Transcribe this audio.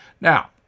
Now